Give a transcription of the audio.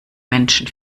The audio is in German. menschen